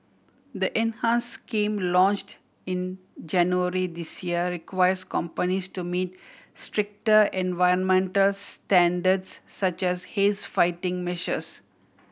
the enhance scheme launched in January this year requires companies to meet stricter environmental standards such as haze fighting measures